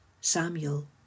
Samuel